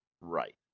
Right